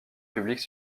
publique